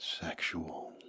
sexual